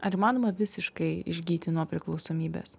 ar įmanoma visiškai išgyti nuo priklausomybės